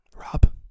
Rob